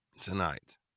tonight